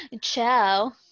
Ciao